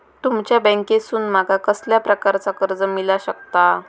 तुमच्या बँकेसून माका कसल्या प्रकारचा कर्ज मिला शकता?